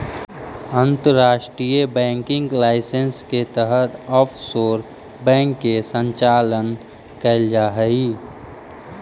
अंतर्राष्ट्रीय banking licence के तहत ऑफशोर बैंक के संचालन कैल जा हइ